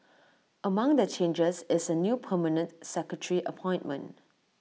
among the changes is A new permanent secretary appointment